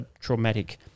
traumatic